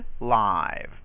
live